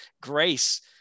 grace